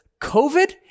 COVID